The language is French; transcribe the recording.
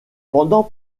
pendant